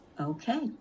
Okay